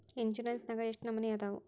Insurance ನ್ಯಾಗ ಎಷ್ಟ್ ನಮನಿ ಅದಾವು?